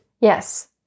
Yes